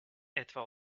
etwa